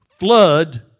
flood